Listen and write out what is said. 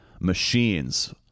machines